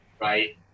right